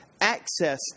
access